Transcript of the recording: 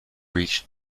reached